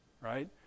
Right